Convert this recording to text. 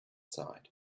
side